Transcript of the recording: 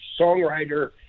songwriter